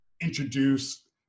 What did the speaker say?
introduce